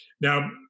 now